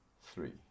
three